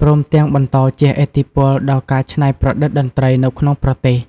ព្រមទាំងបន្តជះឥទ្ធិពលដល់ការច្នៃប្រឌិតតន្ត្រីនៅក្នុងប្រទេស។